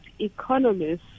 economists